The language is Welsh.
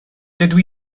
dydw